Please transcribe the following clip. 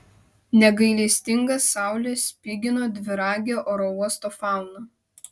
negailestinga saulė spigino dviragę oro uosto fauną